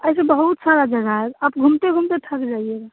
ऐसी बहुत सारी जगहें हैं आप घूमते घूमते थक जाइएगा